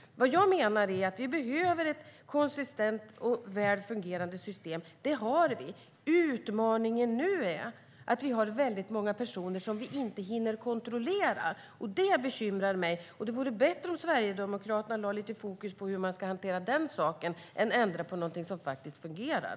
Vad jag menar är att vi behöver ett konsistent och väl fungerande system, och det har vi. Utmaningen nu är att det är väldigt många personer som vi inte hinner kontrollera, och det bekymrar mig. Det vore bättre om Sverigedemokraterna lade lite fokus på hur man ska hantera den saken än att ändra på någonting som faktiskt fungerar.